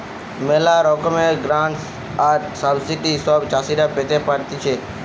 ম্যালা রকমের গ্রান্টস আর সাবসিডি সব চাষীরা পেতে পারতিছে